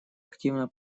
активно